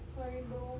horrible